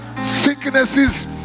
sicknesses